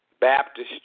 Baptist